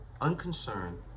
unconcerned